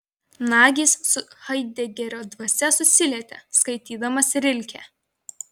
nagys su haidegerio dvasia susilietė skaitydamas rilkę